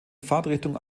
fahrtrichtung